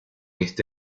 este